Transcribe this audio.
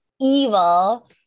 evil